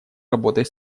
работой